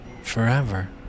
forever